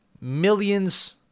Millions